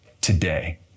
Today